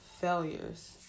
failures